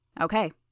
Okay